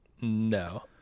No